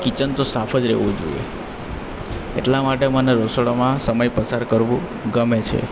kitchen તો સાફ જ રહેવું જોઈએ એટલા માટે મને રસોડામાં સમય પસાર કરવો ગમે છે